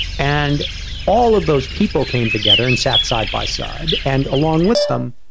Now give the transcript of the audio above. and all of those people came together and sat side by side and along with them,